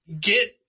get